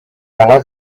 ала